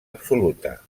absoluta